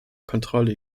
kontrolle